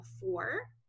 four